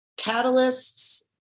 catalysts